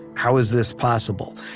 how is this possible?